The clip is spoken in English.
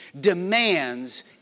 demands